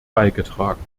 beigetragen